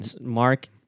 Mark